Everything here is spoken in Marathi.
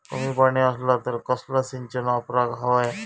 कमी पाणी असला तर कसला सिंचन वापराक होया?